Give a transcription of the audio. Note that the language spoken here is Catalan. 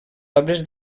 obres